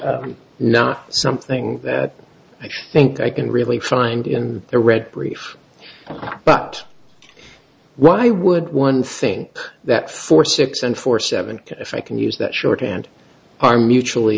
is not something that i think i can really find in the read brief but right i would one thing that for six and for seven if i can use that shorthand are mutually